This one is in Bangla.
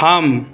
থাম